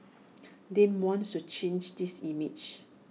Dem wants to change this image